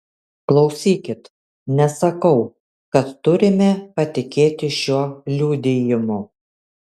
klausykit nesakau kad turime patikėti šiuo liudijimu